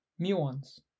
Muons